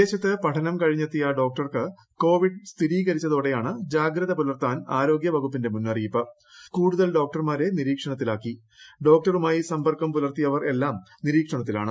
വിദേശത്ത് പഠനം കഴിഞ്ഞെത്തിയ ഡോക്ടർക്ക് കോവിഡ് സ്ഥിരീകരിച്ചതോടെയാണ് ് ജാഗ്ഗത പുലർത്താൻ ആരോഗ്യ വകുപ്പിന്റെ മുന്നറിയിപ്പ് കൂടുതൽ ഡോക്ടർമാരെ നിരീക്ഷണത്തിലാക്കിട്ട് ഡോക്ടറുമായി സമ്പർക്കം പുലർത്തിയവർ എല്ലാം നിരീക്ഷണത്തിലാണ്